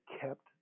kept